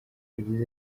yagize